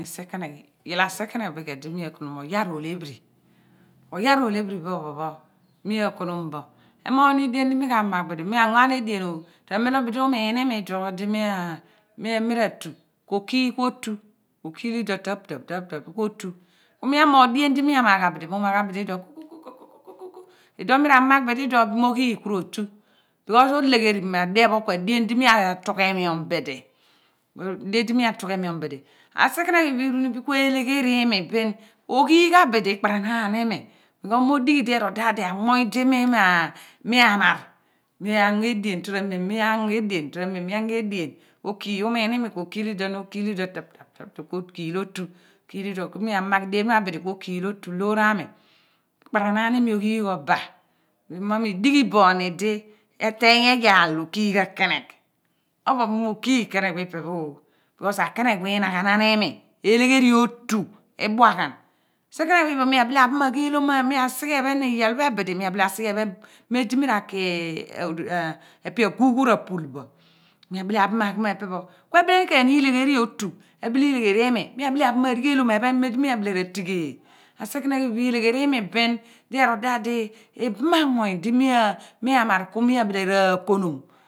Sire negh iyal asikenegh bin ku edi mi akonom yah rolephiri oyah ro lephiri pho phon phon mi akonom bo moghni dien di mi ka toro emem lo bidi uniin imi idno pho di mia mi ra tu ko kiil kue otu ko kiil iduo taphtaph taphtaph ku mi amoogh dien mi amaghan bidi mi amaghan bidi mo kukukoku kuko iduon mi ra magh bidi iduoph pho bin mo ghiil kurotu b/kos olegheri ma adien pho ku adien di mi atughemiom bidi dien di mi atughemiom bidi abikenegh pho iphen pho bin ku elegheri mia bin oghigh abidi iphera naan imi b/kos mo dighi daadi anmuuny di mi ma mi amaar mi ango edien toro amem mi ango edien okiil miin imi ko kiil iduen ko kiil iduen taeph taeph taeph taeph ku okiil otu kiil iduo ku mi amagh dien pha abidi ku okiil otu loor ami ikparanaar imi oghiigh oba di mo mi dighi bo ni eteeny eyaal ro kiighan kenegh obo mi eyaal ro kiighan kenegh bo mi me kiigh kenegh phi ipe pho b/kos akenegh pho inaghanaan imi eleghi otu ibua ghan si kenegh phi phan pho mi abile aphan aghelom mi asighe ephen iyal pha bidi mi abile asighe ephen mem di miira ku epe aguugh pha ra pul bo mi abile phan aghi mem epe pho ku ebile khen mi elegheri otu ebile ilegheri imi mi abile aphan arighelom ephen mem di mi abile ra ti ghel asikenegh phi phen pho ilegheri imi bin di erl daadi ibam anmuuny di mi amaar ku abile ra konom